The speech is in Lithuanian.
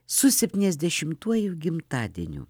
su septyniasdešimtuoju gimtadieniu